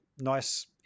nice